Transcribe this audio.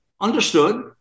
understood